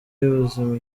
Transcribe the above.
y’ubuzima